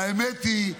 האמת היא,